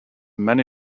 many